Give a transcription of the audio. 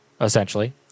essentially